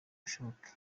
bishoboke